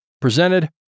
presented